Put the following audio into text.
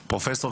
פרופסור,